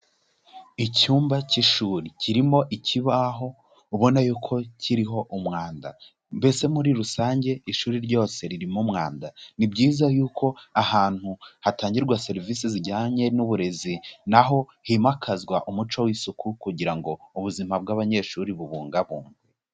Icyumba cy'ishuri kirimo ikibaho ubona yuko kiriho umwanda, mbese muri rusange ishuri ryose ririmo umwanda, ni byiza yuko ahantu hatangirwa serivisi zijyanye n'uburezi, naho himakazwa umuco w'isuku kugira ngo ubuzima bw'abanyeshuri bubungabungwe.